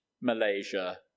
Malaysia